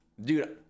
dude